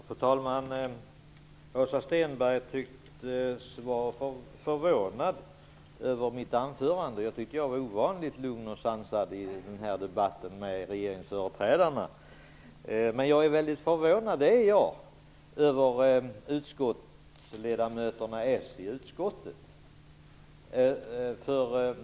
Fru talman! Åsa Stenberg tycktes vara förvånad över mitt anförande. Jag tyckte att jag var ovanligt lugn och sansad i debatten med regeringsföreträdarna. Men jag är mycket förvånad över de socialdemokratiska ledamöterna i utskottet.